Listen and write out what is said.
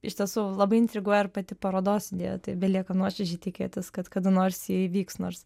iš tiesų labai intriguoja ir pati parodos idėja tai belieka nuoširdžiai tikėtis kad kada nors ji įvyks nors